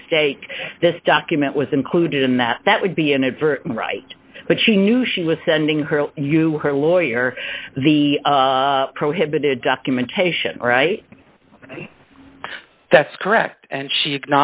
mistake this document was included in that that would be inadvertent right but she knew she was sending her to her lawyer the prohibited documentation right that's correct and she